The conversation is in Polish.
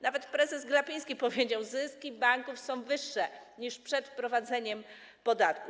Nawet prezes Glapiński powiedział: zyski banków są wyższe niż przed wprowadzeniem podatku.